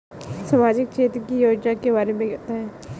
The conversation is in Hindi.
सामाजिक क्षेत्र की योजनाओं के बारे में बताएँ?